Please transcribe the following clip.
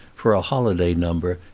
for a holiday number,